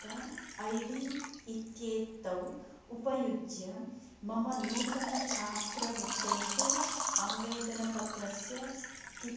पत्र I D इत्येतौ उपयुज्य मम नूतन छात्रवृत्तेः आवेदनपत्रस्य स्थि